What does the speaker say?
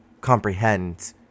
comprehend